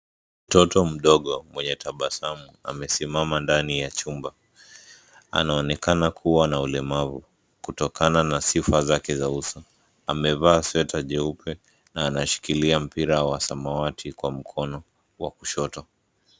Mtoto mdogo mwenye tabasamu amesimama ndani ya chumba. Anaonekana kuwa na ulemavu kutokana na sifa zake za uso. Amevaa sweta (cs) nyeupe na anashikilia mpira wa samawati kwenye mkono wake wa kushoto.